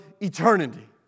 eternity